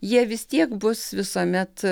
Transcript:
jie vis tiek bus visuomet